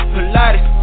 Pilates